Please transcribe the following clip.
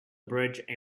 bridge